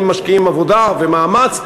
אם משקיעים עבודה ומאמץ,